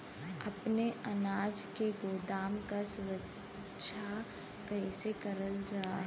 अपने अनाज के गोदाम क सुरक्षा कइसे करल जा?